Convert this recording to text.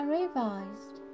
revised